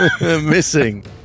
Missing